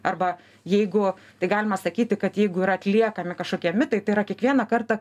arba jeigu tai galima sakyti kad jeigu yra atliekami kažkokie mitai tai yra kiekvieną kartą